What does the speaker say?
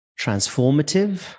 transformative